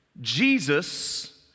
Jesus